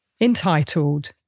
entitled